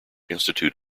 institute